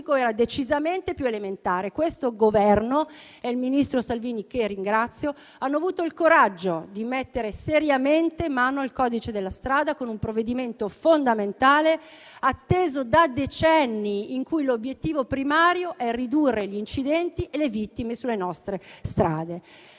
era decisamente più elementare. Questo Governo e il ministro Salvini, che ringrazio, hanno avuto il coraggio di mettere seriamente mano al codice della strada con un provvedimento fondamentale atteso da decenni, il cui obiettivo primario è ridurre gli incidenti e le vittime sulle nostre strade.